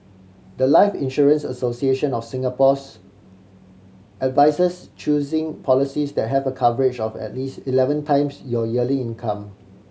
the life Insurance Association of Singapore's advises choosing policies that have a coverage of at least eleven times your yearly income